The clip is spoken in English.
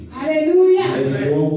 Hallelujah